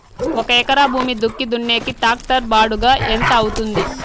ఒక ఎకరా భూమి దుక్కి దున్నేకి టాక్టర్ బాడుగ ఎంత అవుతుంది?